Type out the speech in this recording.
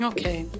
Okay